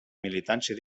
militància